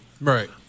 Right